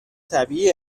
طبیعی